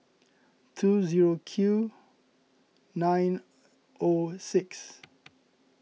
two zero Q nine O six